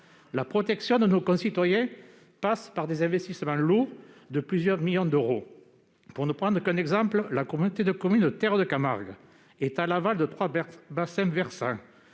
La protection de nos concitoyens passe par des investissements lourds, de plusieurs millions d'euros. Pour ne prendre qu'un exemple, la communauté de communes Terre de Camargue est à l'aval de trois bassins versants,